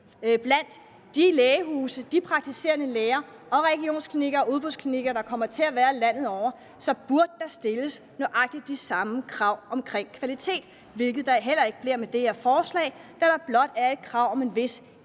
for de lægehuse og praktiserende læger og de regionsklinikker og udbudsklinikker, der kommer til at være landet over, så burde der stilles nøjagtig de samme krav til kvalitet, hvilket der heller ikke bliver med det her forslag, da der blot er et krav om en vis ensartethed.